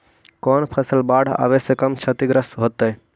कौन फसल बाढ़ आवे से कम छतिग्रस्त होतइ?